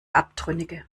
abtrünnige